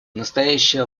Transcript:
настоящее